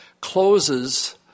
closes